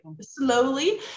slowly